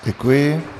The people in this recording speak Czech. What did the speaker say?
Děkuji.